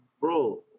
Bro